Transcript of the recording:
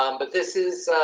um but this is